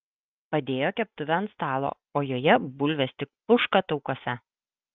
padėjo keptuvę ant stalo o joje bulvės tik puška taukuose